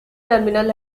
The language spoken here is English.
terminal